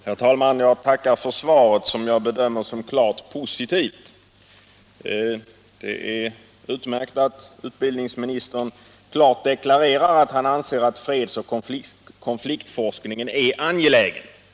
Herr talman! Jag tackar för svaret, som jag bedömer som klart positivt. Det är utmärkt att utbildningsministern klart deklarerar att han anser att fredsoch konfliktforskningen är angelägen.